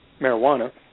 marijuana